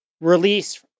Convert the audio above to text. release